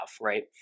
right